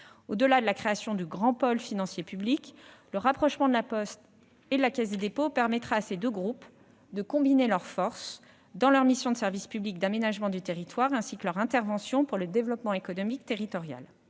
Au-delà de la création d'un grand pôle financier public, le rapprochement de La Poste avec la Caisse des dépôts et consignations permettra à ces deux groupes de combiner leurs forces pour assurer leur mission de service public en matière d'aménagement du territoire, ainsi que leurs interventions pour le développement économique territorial.